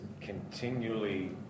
continually